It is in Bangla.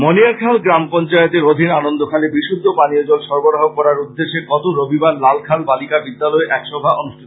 মণিয়ারখাল গ্রাম পঞ্চায়েতের অধীন আনন্দখালে বিশুদ্ধ পানীয় জল সরবরাহ করার উদেশ্যে গত রবিবার লালখাল বালিকা বিদ্যালয়ে এক সভা অনুষ্ঠিত হয়